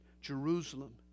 Jerusalem